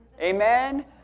Amen